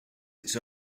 its